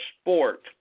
sport